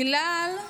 קיצוץ,